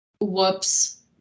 whoops